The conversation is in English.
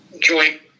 joint